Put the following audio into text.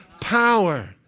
power